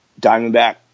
Diamondback